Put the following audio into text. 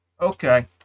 okay